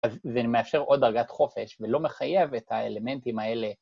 אז זה מאשר עוד דרגת חופש ולא מחייב את האלמנטים האלה.